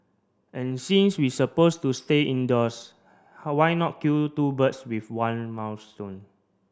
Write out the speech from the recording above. and since we supposed to stay indoors how why not kill two birds with one